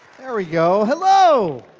um we go. hello!